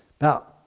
now